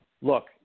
look